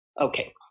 Okay